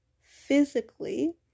physically